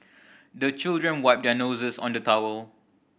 the children wipe their noses on the towel